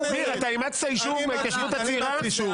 ניר, אתה אימצת יישוב מההתיישבות הצעירה?